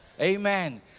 Amen